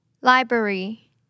Library